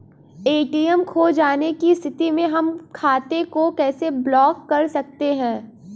ATM खो जाने की स्थिति में हम खाते को कैसे ब्लॉक कर सकते हैं?